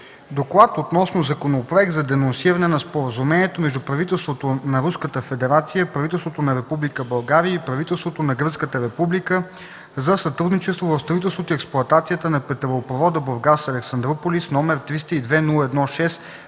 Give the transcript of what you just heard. „Доклад относно Законопроект за денонсиране на Споразумението между правителството на Руската федерация, правителството на Република България и правителството на Гръцката република за сътрудничество в строителството и експлоатацията на петролопровода Бургас – Александруполис, № 302-01-6,